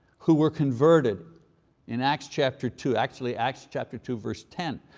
who were converted in acts chapter two. actually, acts chapter two, verse ten.